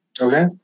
Okay